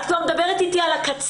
את מדברת איתי על הקצה.